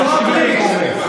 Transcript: זו הברית.